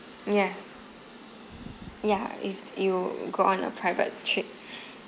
yes ya if you go on a private trip